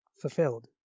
fulfilled